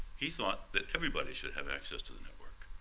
he thought that everybody should have access to the network.